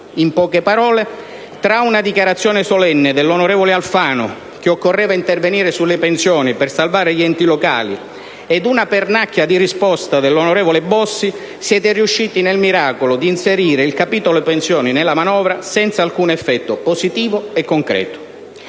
In poche parole, tra una dichiarazione solenne dell'onorevole Alfano sul fatto che occorreva intervenire sulle pensioni per salvare gli enti locali e una pernacchia di risposta dell'onorevole Bossi, siete riusciti nel miracolo di inserire il capitolo pensioni nella manovra senza alcun effetto positivo e concreto.